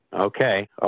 Okay